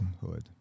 hood